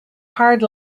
hard